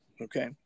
Okay